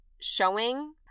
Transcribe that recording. showing